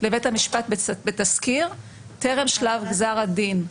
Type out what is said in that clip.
לבית המשפט בתסקיר טרם שלב גזר הדין.